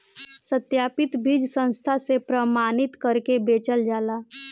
सत्यापित बीज संस्था से प्रमाणित करके बेचल जाला